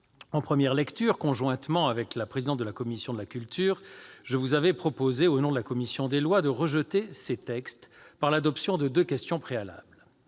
En première lecture, conjointement avec Mme la présidente de la commission de la culture, je vous avais proposé, au nom de la commission des lois, de rejeter ces textes, par l'adoption de deux questions préalables.